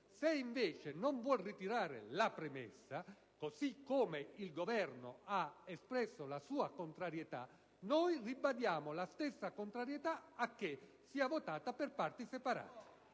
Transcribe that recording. se invece non vuole ritirare la premessa, così come il Governo ha espresso la sua contrarietà noi ribadiamo la stessa contrarietà alla votazione per parti separate.